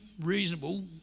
reasonable